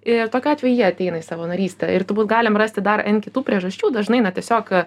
ir tokiu atveju jie ateina į savanorystę ir turbūt galim rasti dar n kitų priežasčių dažnai na tiesiog